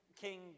king